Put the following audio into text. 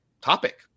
topic